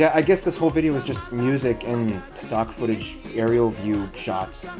i guess this whole video is just music and stock footage aerial view shots.